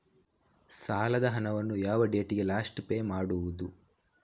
ಸಾಲದ ಹಣವನ್ನು ಯಾವ ಡೇಟಿಗೆ ಲಾಸ್ಟ್ ಪೇ ಮಾಡುವುದು?